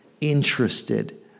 interested